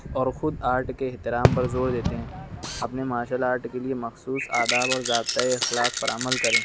اور خود آرٹ کے احترام پر زور دیتے ہیں اپنے مارشل آرٹ کے لیے مخصوص آداب اور ضابطۂ اخلاق پر عمل کریں